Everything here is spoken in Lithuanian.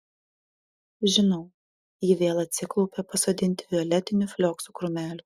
žinau ji vėl atsiklaupė pasodinti violetinių flioksų krūmelio